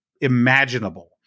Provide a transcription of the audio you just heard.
imaginable